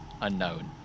unknown